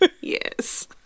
Yes